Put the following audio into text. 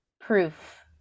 proof